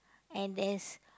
and there's